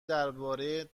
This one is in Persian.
درباره